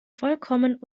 vollkommen